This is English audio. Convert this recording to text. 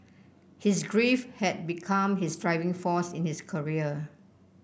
his grief had become his driving force in his career